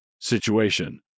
situation